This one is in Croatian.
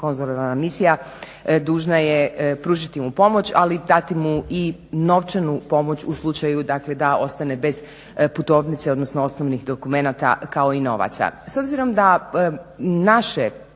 konzularna misija dužna je pružiti mu pomoć ali dati mu i novčanu pomoć u slučaju dakle da ostane bez putovnice, odnosno osnovnih dokumenata kao i novaca. S obzirom da naše